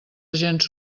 agents